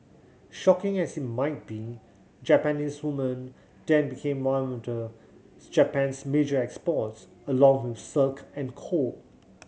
shocking as it might be Japanese women then became one of Japan's major exports along with silk and coal